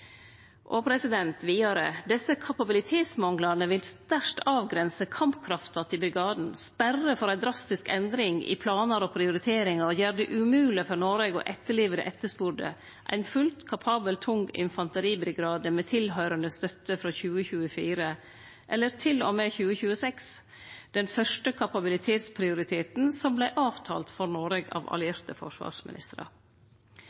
Desse kapabilitetsmanglane vil sterkt avgrense kampkrafta til brigaden, sperre for ei drastisk endring i planar og prioriteringar, og gjer det umogeleg for Noreg å levere det etterspurde, ein fullt kapabel tung infanteribrigade med tilhøyrande støtte frå 2024 eller til og med 2026, den første kapabilitetsprioriteten som blei avtalt for Noreg av